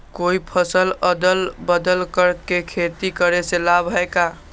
कोई फसल अदल बदल कर के खेती करे से लाभ है का?